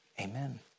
Amen